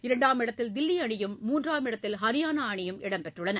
இரண்டாம் இடத்தில் தில்லி அணியும் மூன்றாம் இடத்தில் ஹரியானா அணியும் இடம்பெற்றுள்ளன